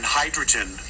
hydrogen